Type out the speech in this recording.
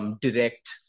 direct